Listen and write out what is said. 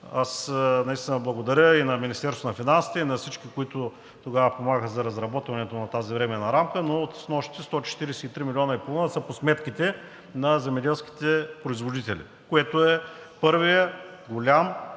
изплатени. Благодаря на Министерството на финансите и на всички, които тогава помагаха за разработването на тази Временна рамка, но от снощи 143,5 млн. лв. са по сметките на земеделските производители, което е първият голям